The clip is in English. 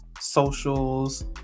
socials